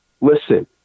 listen